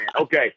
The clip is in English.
Okay